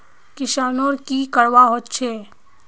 किसानोक की करवा होचे?